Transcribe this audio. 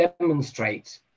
demonstrate